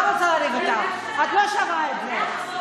לא רוצה לריב איתך, את לא שווה את זה.